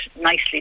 nicely